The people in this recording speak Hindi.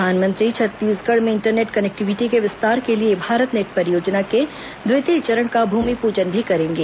प्रधानमंत्री छत्तीसगढ़ में इंटरनेट कनेक्टिविटी के विस्तार के लिए भारत नेट परियोजना के द्वितीय चरण का भूमिपूजन भी करेंगे